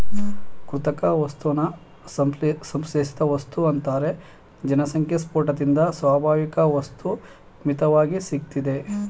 ಕೃತಕ ವಸ್ತುನ ಸಂಶ್ಲೇಷಿತವಸ್ತು ಅಂತಾರೆ ಜನಸಂಖ್ಯೆಸ್ಪೋಟದಿಂದ ಸ್ವಾಭಾವಿಕವಸ್ತು ಮಿತ್ವಾಗಿ ಸಿಗ್ತದೆ